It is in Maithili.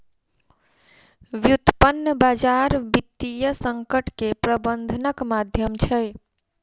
व्युत्पन्न बजार वित्तीय संकट के प्रबंधनक माध्यम छै